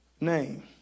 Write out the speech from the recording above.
name